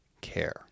care